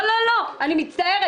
אני מצטערת,